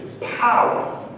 power